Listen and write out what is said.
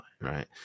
right